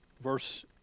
Verse